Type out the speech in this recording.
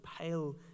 pale